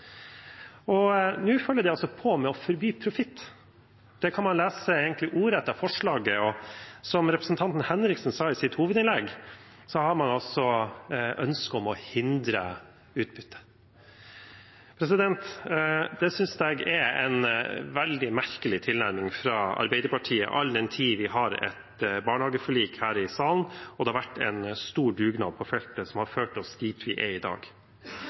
barnehager. Nå følger de opp med å forby profitt. Det kan man egentlig lese ordrett av forslaget, og som representanten Henriksen sa i sitt hovedinnlegg, har man ønske om å hindre utbytte. Det synes jeg er en veldig merkelig tilnærming fra Arbeiderpartiet, all den tid vi har et barnehageforlik her i salen, og det har vært en stor dugnad på feltet som har ført oss dit vi er i dag